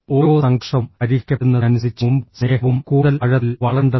ഓരോ സംഘർഷവും പരിഹരിക്കപ്പെടുന്നതിനനുസരിച്ച് മുമ്പും സ്നേഹവും കൂടുതൽ ആഴത്തിൽ വളരേണ്ടതുണ്ട്